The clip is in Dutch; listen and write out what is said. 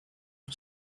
van